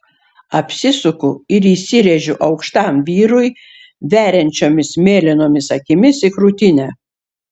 apsisuku ir įsirėžiu aukštam vyrui veriančiomis mėlynomis akimis į krūtinę